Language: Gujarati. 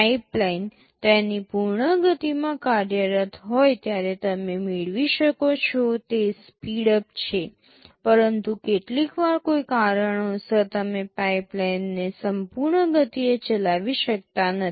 પાઇપલાઇન તેની પૂર્ણ ગતિમાં કાર્યરત હોય ત્યારે તમે મેળવી શકો છો તે સ્પીડઅપ છે પરંતુ કેટલીક વાર કોઈ કારણોસર તમે પાઇપલાઇનને સંપૂર્ણ ગતિએ ચલાવી શકતા નથી